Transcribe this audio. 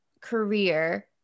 career